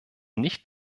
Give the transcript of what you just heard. nicht